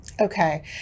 Okay